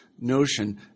notion